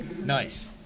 Nice